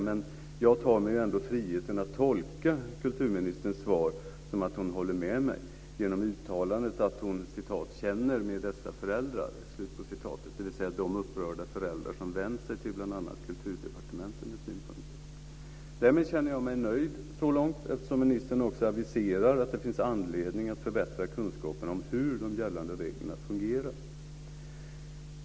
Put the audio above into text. Men jag tar mig friheten att tolka kulturministerns svar som att hon håller med mig, genom uttalandet att hon känner med dessa föräldrar, dvs. de upprörda föräldrar som vänt sig till bl.a. Kulturdepartementet med synpunkter. Därmed känner jag mig nöjd så långt, eftersom ministern också aviserar att det finns anledning att förbättra kunskaperna om hur de gällande reglerna fungerar.